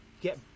get